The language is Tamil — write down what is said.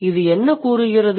இது என்ன கூறுகிறது